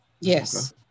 Yes